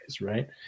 right